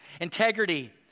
Integrity